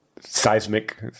Seismic